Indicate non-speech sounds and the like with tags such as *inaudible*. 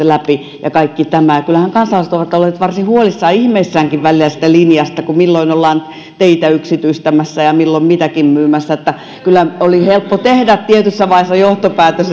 *unintelligible* läpi ja kaikki tämä ja kyllähän kansalaiset ovat olleet varsin huolissaan ja ihmeissäänkin välillä siitä linjasta kun milloin ollaan teitä yksityistämässä ja ja milloin mitäkin myymässä kyllä oli helppo tehdä tietyssä vaiheessa johtopäätös *unintelligible*